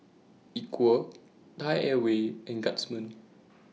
Equal Thai Airways and Guardsman